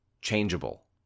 changeable